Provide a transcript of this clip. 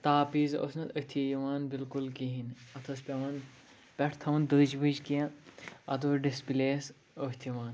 تاپہٕ وِز ٲس نہٕ اَتھی یِوان بِلکُل کِہیٖنۍ اَتھ ٲس پٮ۪وان پٮ۪ٹھ تھاوٕنۍ دٔجۍ وٕج کینٛہہ اَدٕ اوس ڈِسپٕلے یَس اَتھِ یِوان